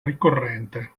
ricorrente